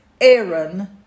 Aaron